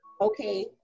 okay